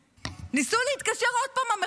המחבלים ניסו עוד פעם להתקשר למשטרה,